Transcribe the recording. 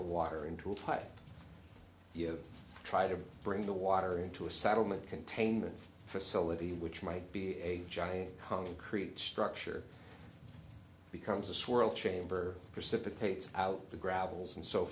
that water into a pipe try to bring the water into a settlement containment facility which might be a giant concrete structure becomes a swirl chamber precipitates out the gravels and so